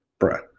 Bruh